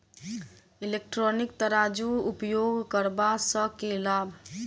Electronic तराजू उपयोग करबा सऽ केँ लाभ?